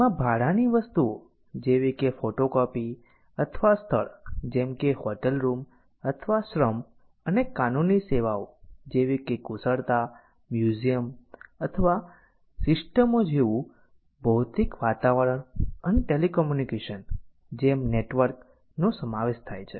તેમાં ભાડાની વસ્તુઓ જેવી કે ફોટોકોપી અથવા સ્થળ જેમ કે હોટેલ રૂમ અથવા શ્રમ અને કાનૂની સેવાઓ જેવી કે કુશળતા મ્યુઝીયમ અથવા સિસ્ટમો જેવું ભૌતિક વાતાવરણ અને ટેલિકમ્યુનિકેશન જેમ નેટવર્ક નો સમાવેશ થાય છે